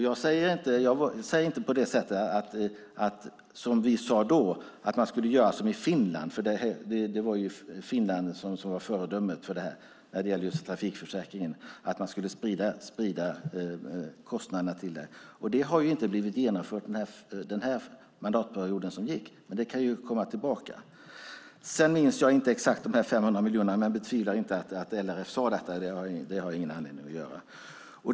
Jag säger inte som vi sade då - att man skulle göra som i Finland, som var förebilden när det gäller att sprida kostnaderna till trafikförsäkringen. Det har inte blivit genomfört under den mandatperiod som gick, men det kan ju komma tillbaka. Jag minns inte exakt hur det var med de 500 miljonerna, men jag har ingen anledning att betvivla att LRF sade detta.